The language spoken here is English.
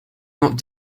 not